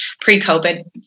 pre-COVID